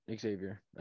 Xavier